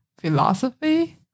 philosophy